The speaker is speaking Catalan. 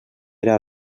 era